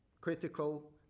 critical